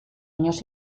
años